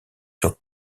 sur